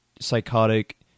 psychotic